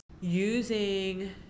Using